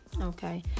Okay